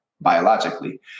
biologically